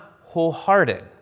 wholehearted